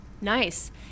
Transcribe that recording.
nice